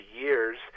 years